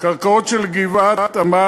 הקרקעות של גבעת-עמל,